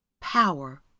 power